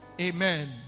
Amen